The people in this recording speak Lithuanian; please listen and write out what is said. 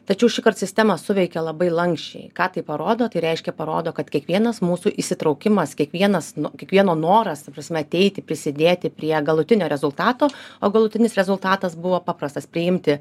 tačiau šįkart sistema suveikė labai lanksčiai ką tai parodo tai reiškia parodo kad kiekvienas mūsų įsitraukimas kiekvienas nu kiekvieno noras ta prasme ateiti prisidėti prie galutinio rezultato o galutinis rezultatas buvo paprastas priimti